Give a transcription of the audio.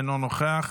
אינו נוכח,